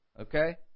Okay